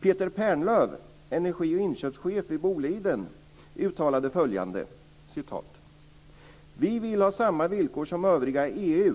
Peter Pernlöf, energi och inköpschef vid Boliden uttalade följande: "Vi vill ha samma villkor som övriga EU.